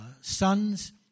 sons